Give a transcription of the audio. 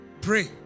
Pray